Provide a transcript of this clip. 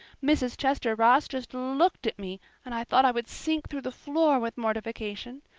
mrs. chester ross just looked at me and i thought i would sink through the floor with mortification.